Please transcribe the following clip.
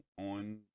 on